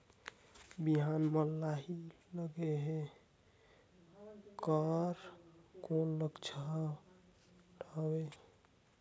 बिहान म लाही लगेक कर कौन लक्षण हवे?